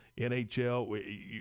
NHL